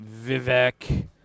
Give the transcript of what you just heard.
Vivek